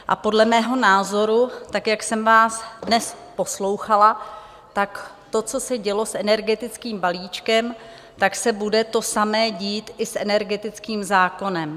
A podle mého názoru, tak jak jsem vás dnes poslouchala, tak to, co se dělo s energetickým balíčkem, tak se bude to samé dít i s energetickým zákonem.